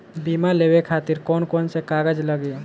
बीमा लेवे खातिर कौन कौन से कागज लगी?